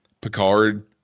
Picard